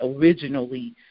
originally